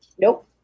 Nope